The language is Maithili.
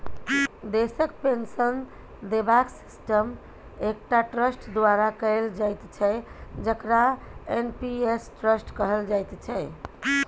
देशक पेंशन देबाक सिस्टम एकटा ट्रस्ट द्वारा कैल जाइत छै जकरा एन.पी.एस ट्रस्ट कहल जाइत छै